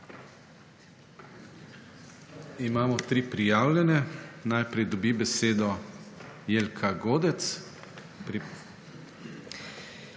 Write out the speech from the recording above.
Imamo tri prijavljene. Najprej dobi besedo Jelka Godec.